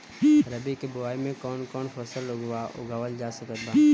रबी के बोआई मे कौन कौन फसल उगावल जा सकत बा?